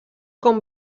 com